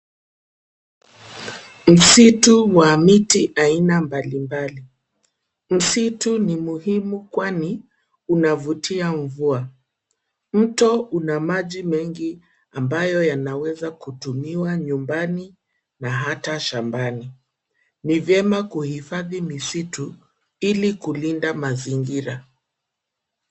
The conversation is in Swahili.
Msitu wa miti aina mbalimbali. Msitu ni muhimu kwani unavutia mvua .Mto una maji mengi ambayo yanaweza kutumiwa nyumbani na hata shambani. Ni vyema kuhifadhi misitu ili kulinda mazingira.